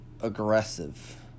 aggressive